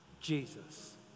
Jesus